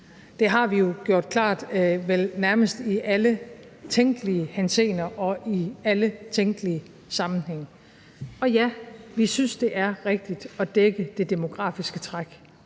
Det har vi jo gjort klart vel nærmest i alle tænkelige henseender og i alle tænkelige sammenhænge. Ja, vi synes, at det er rigtigt at dække det demografiske træk.